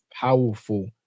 powerful